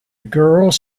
girls